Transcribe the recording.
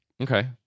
Okay